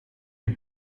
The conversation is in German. die